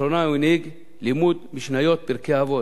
לאחרונה הוא הנהיג לימוד משניות, פרקי אבות.